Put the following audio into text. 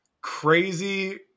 crazy